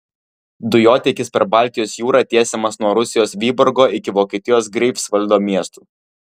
dujotiekis per baltijos jūrą tiesiamas nuo rusijos vyborgo iki vokietijos greifsvaldo miestų